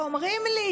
אומרים לי